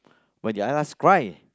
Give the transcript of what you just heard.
when did I last cry